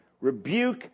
rebuke